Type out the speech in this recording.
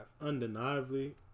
Undeniably